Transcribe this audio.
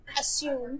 assume